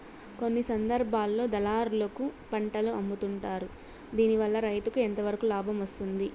కొన్ని సందర్భాల్లో దళారులకు పంటలు అమ్ముతుంటారు దీనివల్ల రైతుకు ఎంతవరకు లాభం వస్తుంది?